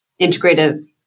integrative